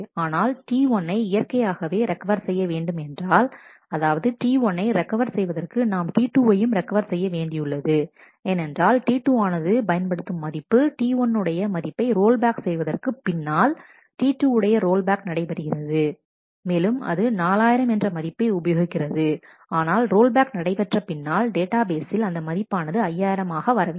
ஆனால் T1 னை இயற்கை ஆகவே ரெக்கவர் செய்ய வேண்டும் என்றால் அதாவது T1 னை ரெக்கவர் செய்வதற்கு நாம் T2 வையும் ரெக்கவர் செய்ய வேண்டியுள்ளது ஏனென்றால் T2 ஆனது பயன்படுத்தும் மதிப்பு T1 உடைய மதிப்பை ரோல்பேக் செய்ததற்கு பின்னால் T2 உடைய ரோல்பேக் நடைபெறுகிறது மேலும் அது 4000 என்ற மதிப்பை உபயோகிக்கிறதுஆனால் ரோல்பேக் நடைபெற்ற பின்னால் டேட்டாபேஸில் அந்த மதிப்பானது 5000 ஆக வரவேண்டும்